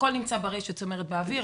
הכול נמצא ברשת, זאת אומרת, באוויר.